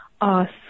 ask